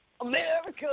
America